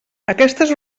aquestes